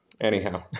Anyhow